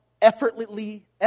effortlessly